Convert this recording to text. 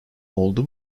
oldu